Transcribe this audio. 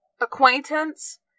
acquaintance